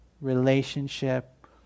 relationship